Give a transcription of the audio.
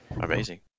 Amazing